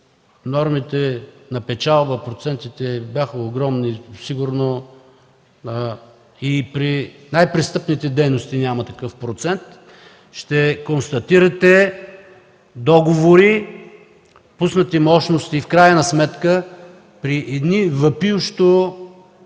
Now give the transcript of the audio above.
нормите на печалба, процентите бяха огромни, сигурно и при най-престъпните дейности няма такъв процент, ще констатирате договори, пуснати мощности и в крайна сметка при едни въпиющи